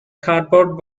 cardboard